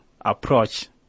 approach